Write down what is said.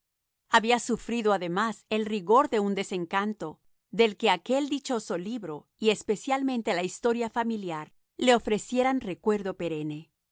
había sufrido además el rigor de un desencanto del que aquel dichoso libro y especialmente la historia familiar le ofrecieran recuerdo perenne